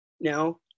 No